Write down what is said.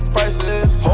Prices